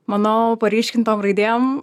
manau paryškintom raidėm